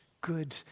good